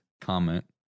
comment